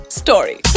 story